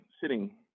sitting